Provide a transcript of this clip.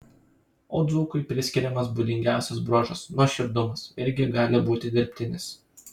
o dzūkui priskiriamas būdingiausias bruožas nuoširdumas irgi gali būti dirbtinis